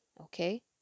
okay